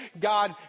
God